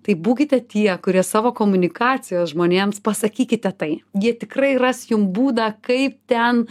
tai būkite tie kurie savo komunikacijos žmonėms pasakykite tai jie tikrai ras jum būdą kaip ten